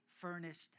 furnished